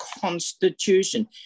Constitution